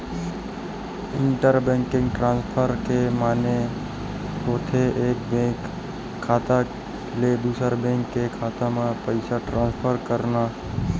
inter banking transfer के माने होथे एक बेंक खाता ले दूसर बेंक के खाता म पइसा ट्रांसफर करना